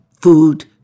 food